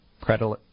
Credit